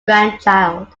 grandchild